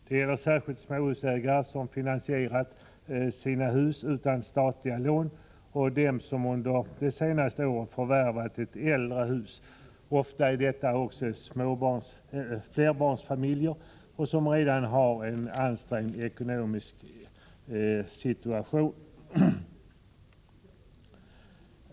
Det gäller särskilt småhusägare som finansierat sina hus utan statliga lån och dem som under de senaste åren förvärvat ett äldre hus. Ofta är detta också flerbarnsfamiljer, som redan har en ansträngd ekonomisk situation.